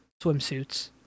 swimsuits